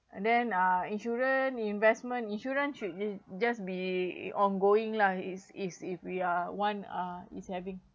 and then uh insurance investment insurance should just be ongoing lah is is if we are one uh is having